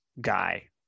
guy